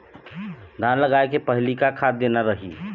धान लगाय के पहली का खाद देना रही?